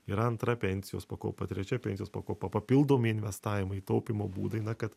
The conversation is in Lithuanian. yra antra pensijos pakopa trečia pensijos pakopa papildomi investavimai taupymo būdai na kad